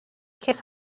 case